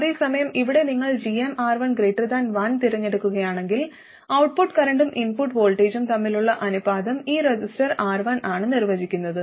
അതേസമയം ഇവിടെ നിങ്ങൾ gmR11 തിരഞ്ഞെടുക്കുകയാണെങ്കിൽ ഔട്ട്പുട്ട് കറന്റും ഇൻപുട്ട് വോൾട്ടേജും തമ്മിലുള്ള അനുപാതം ഈ റെസിസ്റ്റർ R1 ആണ് നിർവചിക്കുന്നത്